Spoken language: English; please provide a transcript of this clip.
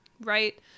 right